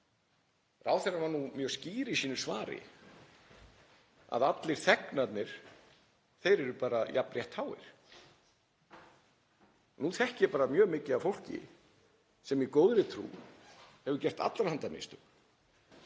Ráðherrann var mjög skýr í sínu svari, að allir þegnarnir eru jafn réttháir. Nú þekki ég bara mjög mikið af fólki sem í góðri trú hefur gert allra handa mistök